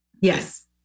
Yes